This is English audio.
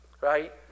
right